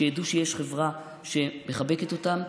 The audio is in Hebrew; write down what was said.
שידעו שיש חברה שמחבקת אותם.